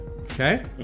Okay